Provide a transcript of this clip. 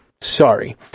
Sorry